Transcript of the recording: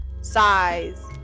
size